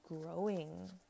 growing